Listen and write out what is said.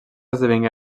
esdevingué